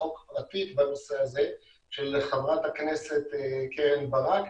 חוק פרטית בנושא הזה של ח"כ קרן ברק,